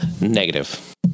Negative